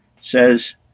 says